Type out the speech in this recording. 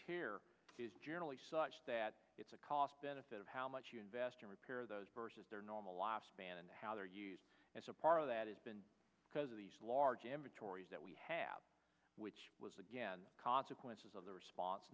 tear is generally such that it's a cost benefit of how much you invest in repairs those versus their normal lives span and how they're used as a part of that has been because of these large amatory that we have which was again consequences of the response